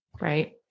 Right